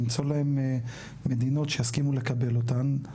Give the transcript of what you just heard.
למצוא להן מדינות שיסכימו לקבל אותן,